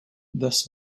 thus